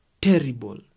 terrible